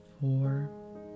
Four